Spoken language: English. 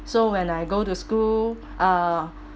so when I go to school uh